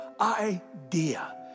idea